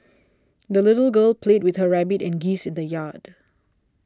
the little girl played with her rabbit and geese in the yard